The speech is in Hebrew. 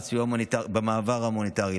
שעוברות במעבר ההומניטרי.